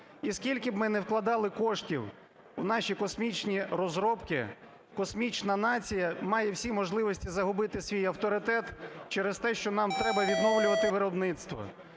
І скільки б ми не вкладали коштів у наші космічні розробки, космічна нація має всі можливості загубити свій авторитет: через те, що нам треба відновлювати виробництво,